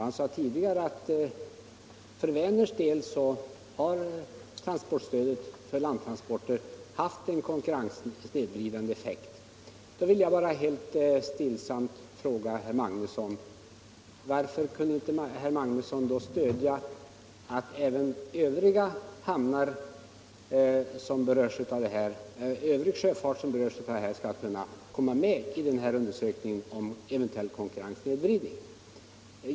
Han sade tidigare att för Vänerns del har transportstödet för landtransporter haft en konkurrenssnedvridande effekt. Då vill jag bara helt stillsamt fråga herr Magnusson: Varför kunde inte herr Magnusson stödja att även övrig sjöfart som berörs skall kunna komma med i undersökningen om eventuell konkurrenssnedvridning?